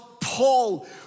Paul